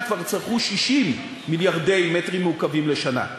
הם כבר צרכו 60 מיליארדי מטרים מעוקבים לשנה.